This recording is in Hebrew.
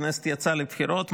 הכנסת יצאה לבחירות,